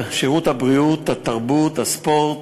שרת התרבות והספורט,